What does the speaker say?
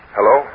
Hello